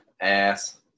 ass